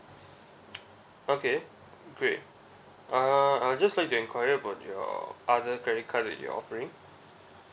okay great uh I'd just like to enquire about your other credit card that you're offering